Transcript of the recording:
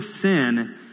sin